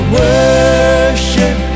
worship